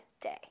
day